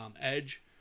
edge